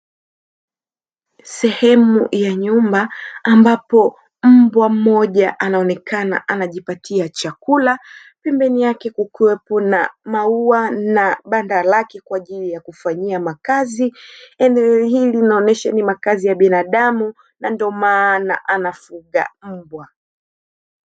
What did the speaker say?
Sehemu ya nyumba ambapo mbwa mmoja anaonekana anajipatia chakula, pembeni yake kukiwepo na maua na banda lake kwa ajili ya kufanyia makazi. Eneo hili linaonesha ni makazi ya binadamu na ndo maana anafuga mbwa.